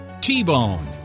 T-Bone